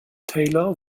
taylor